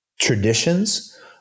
traditions